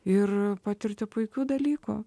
ir patirti puikių dalykų